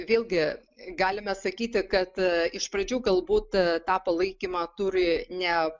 vėlgi galime sakyti kad iš pradžių galbūt tą palaikymą turi ne